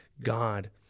god